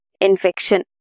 infection